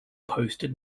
posted